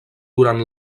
durant